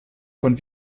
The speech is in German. von